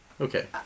Okay